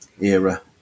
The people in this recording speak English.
era